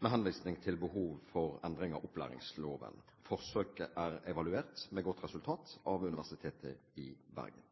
med henvisning til behov for endring av opplæringsloven. Forsøket er evaluert med godt resultat av Universitetet i Bergen.